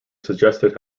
suggested